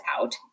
out